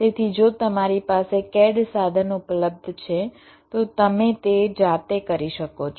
તેથી જો તમારી પાસે CAD સાધન ઉપલબ્ધ છે તો તમે તે જાતે કરી શકો છો